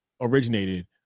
originated